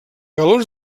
galons